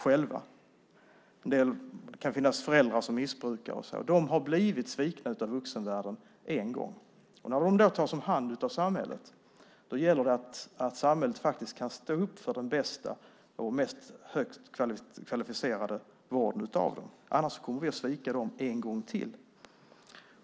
De kanske har föräldrar som missbrukar. De har blivit svikna av vuxenvärlden en gång. När de då tas om hand av samhället gäller det att samhället kan stå upp för den bästa och högst kvalificerade vården av dem. Annars kommer vi att svika dem en gång till.